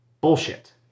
Bullshit